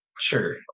Sure